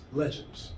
legends